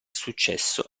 successo